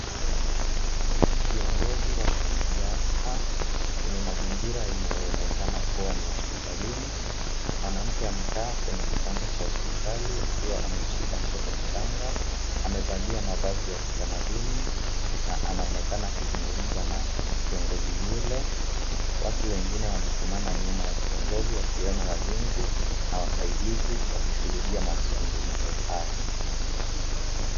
Kiongozi wa kisiasa kwenye mazingira inayoonekana kuwa ni ya hosipitalini, mwanamke amekaa kwenye kitanda cho hosipitali akiwa amemshika mtoto mchanga amevalia mavazi ya kitamaduni na anaonekana akizungumza na kiongozi yule. Watu wengine wamesimama nyuma ya kiongozi, wakiwemo walinzi na wasaidizi wakishuhudia mazungumzo haya.